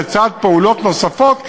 לצד פעולות נוספות,